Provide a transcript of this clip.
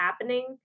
happening